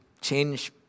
change